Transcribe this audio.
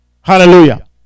Hallelujah